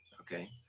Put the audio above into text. okay